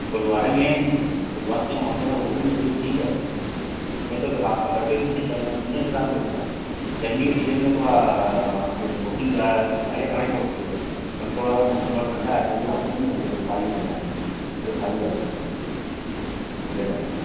गुरुद्वारे में जो गुरुद्वारे में वहाँ पर अगर बुकिंग होती है ठीक है नहीं तो फिर आपका वैसे ही चले जाए सीजन के हिसाब से होता है गर्मी के सीजन में थोड़ा बुकिंग ज़्यादा पहले करानी पड़ती है अभी थोड़ा सा मौसम थोड़ा ठंडा है तो मिल जाएँगे रूम खाली मिल जाते हैं अभी क्योंकि खाली रहते हैं थोड़े ठंड के टाइम पर